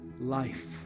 life